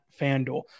FanDuel